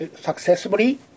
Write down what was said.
successfully